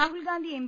Rahul Gandhi M